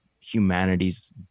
humanity's